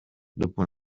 dopo